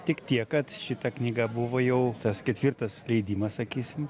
tik tiek kad šita knyga buvo jau tas ketvirtas leidimas sakysim